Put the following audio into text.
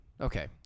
okay